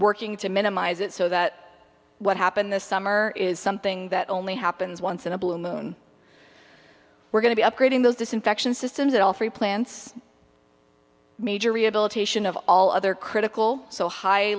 working to minimize it so that what happened this summer is something that only happens once in a blue moon we're going to be upgrading those disinfection systems that all three plants major rehabilitation of all other critical so high